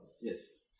Yes